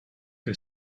que